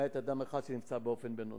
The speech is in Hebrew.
למעט אדם אחד שנפצע באופן בינוני.